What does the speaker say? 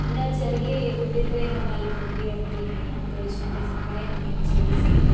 ఇలా జరిగి ఉండిపోయిన వాళ్ళు ప్రతీ ఒక్కళ్ళకి నా తోచినంత సహాయం నేను చేసి